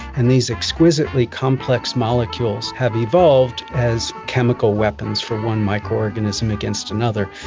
and these exquisitely complex molecules have evolved as chemical weapons for one microorganism against another.